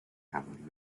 ann